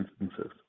instances